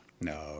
No